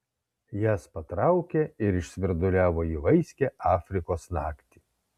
jas patraukė ir išsvirduliavo į vaiskią afrikos naktį